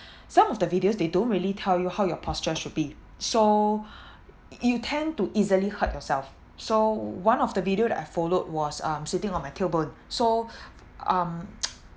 some of the videos they don't really tell you how your posture should be so you tend to easily hurt yourself so one of the video that I followed was um sitting on my tailbone so um